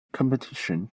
competitions